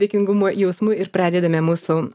dėkingumo jausmu ir pradedame mūsų